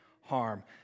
harm